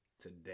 today